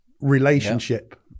relationship